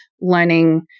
learning